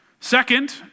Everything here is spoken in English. Second